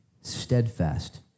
steadfast